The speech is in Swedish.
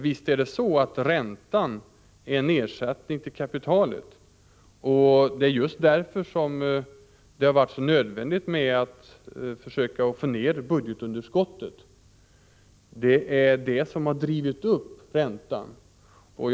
Visst är det så att räntan är nedsatt, inte kapitalet. Det är just därför som det har varit nödvändigt att försöka få ned budgetunderskottet. Det är det som drivit upp räntorna.